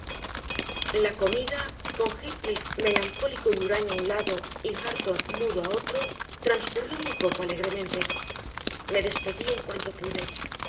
la comida con heathcliff melancólico y huraño a un lado y hareton mudo a otro transcurrió muy poco alegremente me despedí en cuanto pude